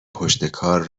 پشتکار